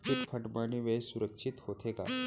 Chit fund मा निवेश सुरक्षित होथे का?